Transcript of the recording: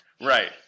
Right